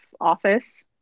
office